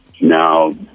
Now